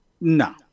No